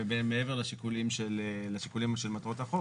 ומעבר לשיקולים של מטרות החוק,